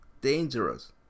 dangerous